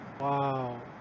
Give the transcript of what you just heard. Wow